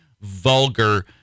vulgar